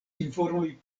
informoj